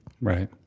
Right